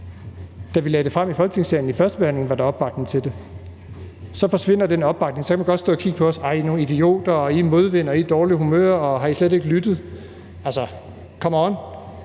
Da vi lagde det frem i Folketingssalen ved førstebehandlingen, var der opbakning til det. Så forsvinder den opbakning, og så kan man godt stå og kigge på os og sige: Ej, nogle idioter, I er modvind, I er i dårligt humør. Har I slet ikke lyttet? Altså, come on.